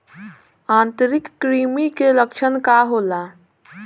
आंतरिक कृमि के लक्षण का होला?